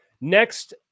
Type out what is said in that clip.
Next